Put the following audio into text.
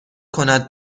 کند